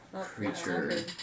creature